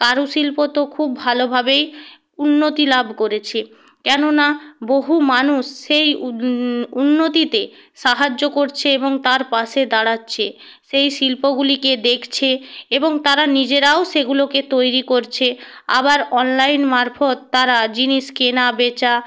কারুশিল্প তো খুব ভালোভাবেই উন্নতি লাভ করেছে কেননা বহু মানুষ সেই উদ উন্নতিতে সাহায্য করছে এবং তার পাশে দাঁড়াচ্ছে সেই শিল্পগুলিকে দেখছে এবং তারা নিজেরাও সেগুলোকে তৈরি করছে আবার অনলাইন মারফৎ তারা জিনিস কেনা বেচা